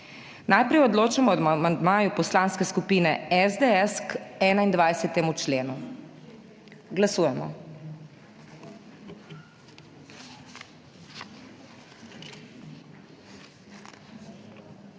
Najprej odločamo o amandmaju Poslanske skupine SDS k 21. členu. Glasujemo.